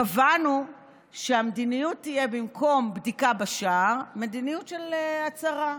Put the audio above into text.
קבענו שבמקום בדיקה בשער תהיה מדיניות של הצהרה.